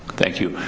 thank you.